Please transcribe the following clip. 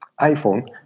iPhone